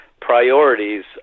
priorities